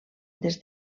des